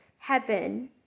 heaven